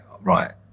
right